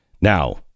Now